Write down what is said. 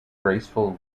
graceful